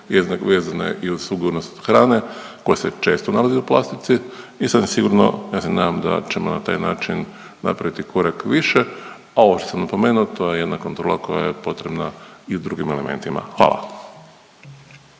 vezana je i uz sigurnost hrane koja se često nalazi u plastici i sasvim sigurno ja se nadam da ćemo na taj način napraviti korak više, a ovo što sam napomeno to je jedna kontrola koja je potrebna i u drugim elementima. Hvala.